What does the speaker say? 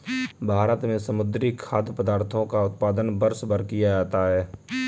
भारत में समुद्री खाद्य पदार्थों का उत्पादन वर्षभर किया जाता है